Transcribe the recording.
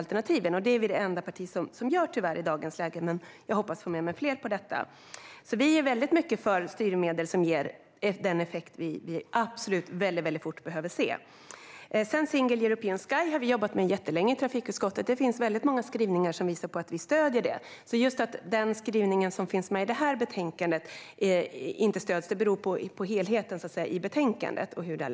I dagens läge är vi tyvärr det enda parti som vill det, men jag hoppas få med mig fler på detta. Vi är alltså mycket för styrmedel som ger den effekt vi väldigt fort behöver se. Single European Sky har vi jobbat jättelänge med i trafikutskottet, och det finns många skrivningar som visar att vi stöder det. Att vi inte stöder den skrivning som finns i betänkandet beror på helheten i betänkandet.